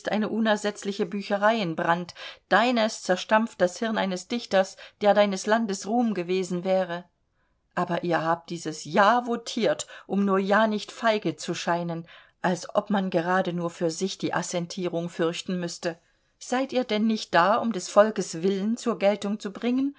eine unersetzliche bücherei in brand deines zerstampft das hirn eines dichters der deines landes ruhm gewesen wäre aber ihr habt dieses ja votiert um nur ja nicht feige zu scheinen als ob man gerade nur für sich die assentierung fürchten müßte seid ihr denn nicht da um des volkes willen zur geltung zu bringen